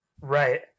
right